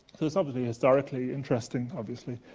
so it's obviously historically interesting, obviously,